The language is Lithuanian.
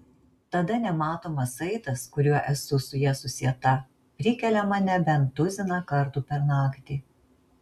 tada nematomas saitas kuriuo esu su ja susieta prikelia mane bent tuziną kartų per naktį